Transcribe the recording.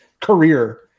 career